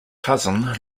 cousin